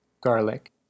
garlic